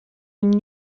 une